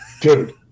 Dude